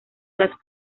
las